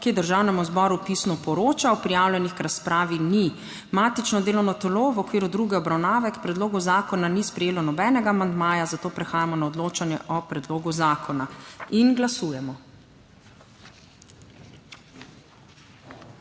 ki je Državnemu zboru pisno poročal. Prijavljenih k razpravi ni. Matično delovno telo v okviru druge obravnave k predlogu zakona ni sprejelo nobenega amandmaja, zato prehajamo na odločanje o predlogu zakona. Glasujemo.